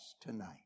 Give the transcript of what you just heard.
tonight